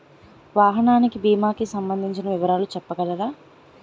వాహనానికి భీమా కి సంబందించిన వివరాలు చెప్పగలరా?